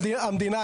המדינה,